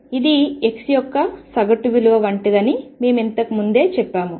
ఇది x యొక్క సగటు విలువ వంటిదని మేము ఇంతకు ముందే చెప్పాము